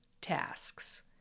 tasks